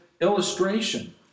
illustration